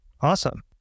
Awesome